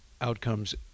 outcomes